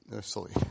Sorry